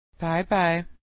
Bye-bye